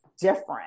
different